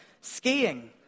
skiing